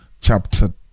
chapter